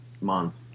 month